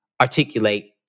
articulate